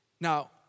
Now